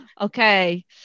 Okay